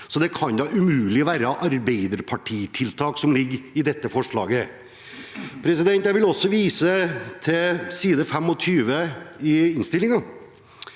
det kan da umulig være Arbeiderparti-tiltak som ligger i dette forslaget. Jeg vil også vise til side 25 i innstillingen,